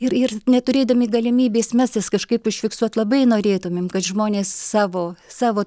ir ir neturėdami galimybės mes jas kažkaip užfiksuot labai norėtumėm kad žmonės savo savo